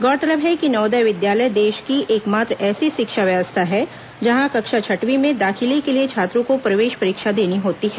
गौरतलब है कि नवोदय विद्यालय देश की एकमात्र ऐसी शिक्षा व्यवस्था है जहां कक्षा छठवीं में दाखिले के लिए छात्रों को प्रवेश परीक्षा देनी होती है